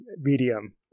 medium